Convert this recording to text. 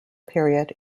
period